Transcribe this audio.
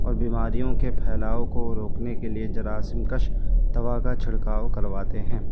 اور بیماریوں کے پھیلاؤ کو روکنے کے لیے جراثیم کش دواؤں کا چھڑکاؤ کرواتے ہیں